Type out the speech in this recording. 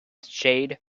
shade